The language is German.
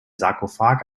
sarkophag